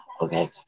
Okay